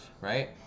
right